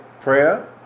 prayer